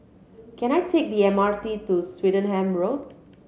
can I take the M R T to Swettenham Road